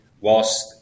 whilst